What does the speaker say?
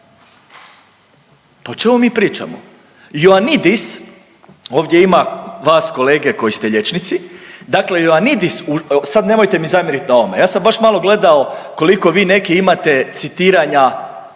o čemu mi pričamo? Joanidis, ovdje ima vas kolege koji ste liječnici, dakle Joanidis sad nemojte mi zamjerit na ovome, ja sam baš malo gledao koliko vi neki imate citiranja